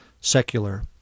secular